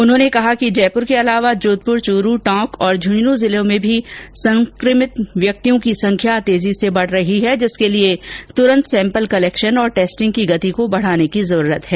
उन्होंने कहा कि जयपुर के अलावा जोधपुर चूरू टोंक और झुंझुनूं जिलों में भी सकंमित व्यक्तियों की संख्या तेजी से बढ रही है जिसके लिए तुरंत सैम्पल कलैक्शन और टेस्टिंग की गति बढाने की जरूरत है